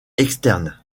externe